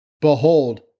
Behold